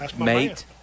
mate